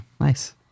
Nice